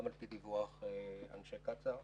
גם על פי דיווח אנשי קצא"א,